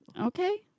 Okay